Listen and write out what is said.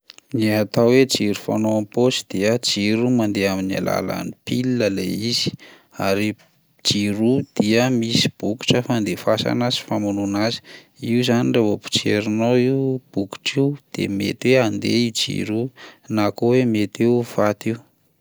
Ny atao hoe jiro fanao am-paosy dia jiro mandeha amin'ny alalan'ny pile lay izy ary jiro io dia misy bokotra fandefasana sy famonoana azy, io zany raha vao potserinao io bokotra io de mety hoe handeha io jiro io na koa hoe mety hoe ho faty io.